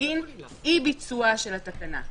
בגין אי-ביצוע התקנה.